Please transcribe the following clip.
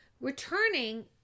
returning